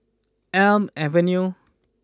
Elm Avenue